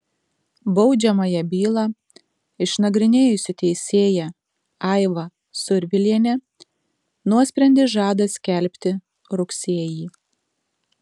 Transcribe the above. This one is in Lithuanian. baudžiamąją bylą išnagrinėjusi teisėja aiva survilienė nuosprendį žada skelbti rugsėjį